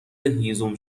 هیزم